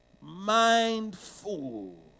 Mindful